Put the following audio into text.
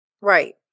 Right